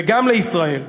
וגם לישראל,